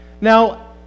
Now